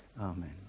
Amen